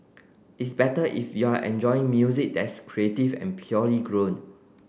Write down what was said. it's better if you're enjoying music that's creative and purely grown